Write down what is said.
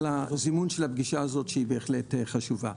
על הזימון של הפגישה הזאת שהיא בהחלט חשובה.